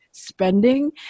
spending